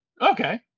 Okay